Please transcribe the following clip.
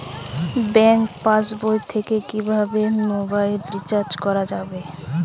Bank পাশবই থেকে কিভাবে মোবাইল রিচার্জ করা যাবে?